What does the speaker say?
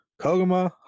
Koguma